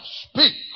speak